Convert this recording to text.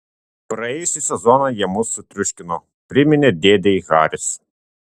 praėjusį sezoną jie mus sutriuškino priminė dėdei haris